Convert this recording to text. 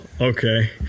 okay